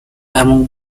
among